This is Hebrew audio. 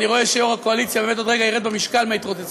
אני רואה שיו"ר הקואליציה באמת עוד רגע ירד במשקל מההתרוצצויות.